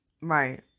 Right